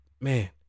man